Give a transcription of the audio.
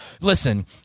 Listen